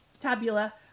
tabula